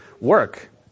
work